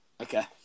Okay